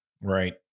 Right